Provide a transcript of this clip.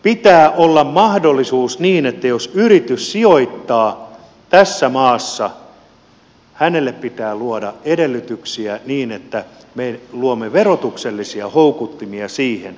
pitää olla mahdollisuus niin että jos yritys sijoittaa tässä maassa yrittäjälle pitää luoda edellytyksiä niin että me luomme verotuksellisia houkuttimia siihen